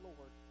Lord